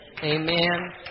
amen